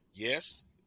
Yes